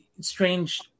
strange